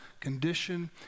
condition